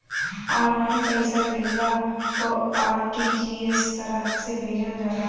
online पईसा भेजला पअ आर.टी.जी.एस तरह से भेजल जाला